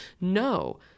No